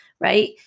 right